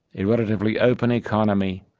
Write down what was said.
a relatively open economy,